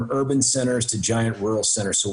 ממרכזים עירוניים קטנים עד לריכוזים עירוניים ענקים.